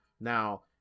now